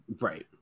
Right